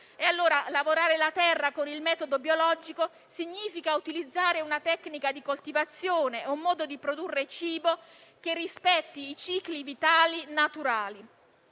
Lavorare dunque la terra con il metodo biologico significa utilizzare una tecnica di coltivazione e un modo di produrre cibo che rispetti i cicli vitali naturali.